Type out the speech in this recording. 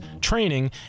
training